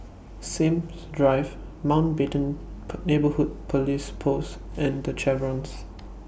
Sims Drive Mountbatten Neighbourhood Police Post and The Chevrons